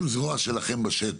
הם בעצם זרוע שלכם בשטח.